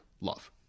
love